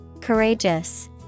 Courageous